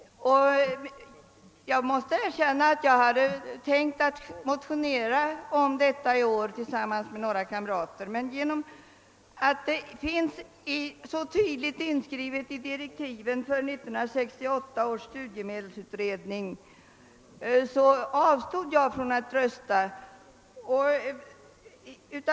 Jag måste erkänna att jag hade tänkt motionera om detta i år tillsammans med några kamrater, men då det så tydligt är inskrivet i direktiven till 1968 års studiemedelsutredning att den har att behandla denna fråga avstod jag från att motionera.